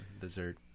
dessert